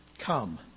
Come